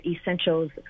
essentials